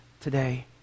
today